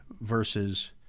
versus